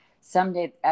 someday